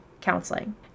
counseling